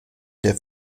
der